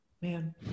man